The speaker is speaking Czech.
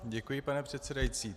Děkuji, paní předsedající.